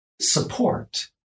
support